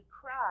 cry